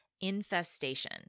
infestation